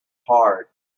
hard